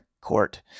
Court